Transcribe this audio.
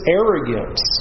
arrogance